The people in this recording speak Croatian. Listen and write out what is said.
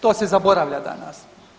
To se zaboravlja danas.